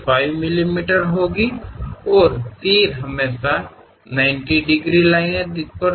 5 ಮಿಮೀ ಆಗಿರುತ್ತದೆ ಮತ್ತು ಬಾಣಗಳು ಯಾವಾಗಲೂ 90 ಡಿಗ್ರಿ ರೇಖೆಯನ್ನು ಪ್ರತಿನಿಧಿಸುತ್ತವೆ